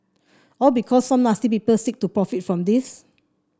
all because some nasty people seek to profit from this